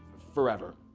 forever.